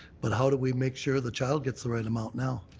but how do we make sure the child gets the right amount now?